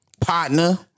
partner